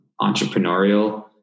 entrepreneurial